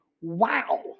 wow